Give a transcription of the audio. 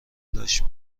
داشت